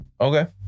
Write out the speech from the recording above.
Okay